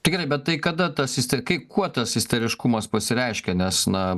tai gerai bet tai kada tas ister kai kuo tas isteriškumas pasireiškia nes na